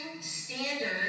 standards